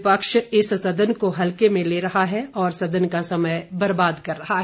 विपक्ष इस सदन को हल्के में ले रहा है और सदन का समय बर्बाद कर रहा है